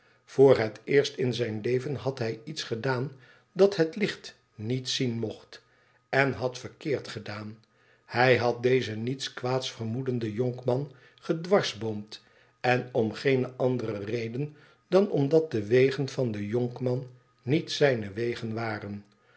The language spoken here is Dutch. voor het eerst in zijn leven had hij iets gedaan dat het licht niei zien mocht en had verkeerd gedaan hij had dezen niets kwaads vermoedenden jonkman gedwarsboomd en om geene andere redenen dan omdat de wegen van den jonkman niet zijne wegen waren